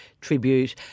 tribute